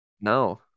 no